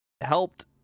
helped